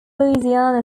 louisiana